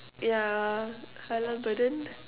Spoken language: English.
yeah halal burden